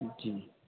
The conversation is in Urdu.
جی